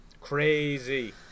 Crazy